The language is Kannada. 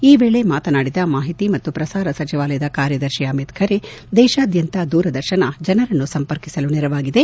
ಈ ವೇಳೆ ಮಾತನಾಡಿದ ಮಾಹಿತಿ ಮತ್ತು ಪ್ರಸಾರ ಸಚಿವಾಲಯ ಕಾರ್ಯದರ್ಶಿ ಅಮಿತ್ ಖರೆ ದೇಶಾದ್ವಂತ ದೂರದರ್ಶನ ಜನರನ್ನು ಸಂಪರ್ಕಿಸಲು ನೆರವಾಗಿದೆ